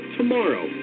tomorrow